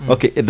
Okay